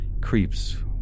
Creeps